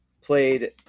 played